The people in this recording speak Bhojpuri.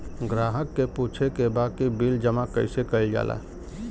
ग्राहक के पूछे के बा की बिल जमा कैसे कईल जाला?